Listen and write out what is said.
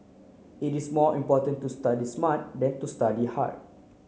it is more important to study smart than to study hard